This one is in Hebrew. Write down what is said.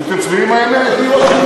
תתייצבי עם האמת.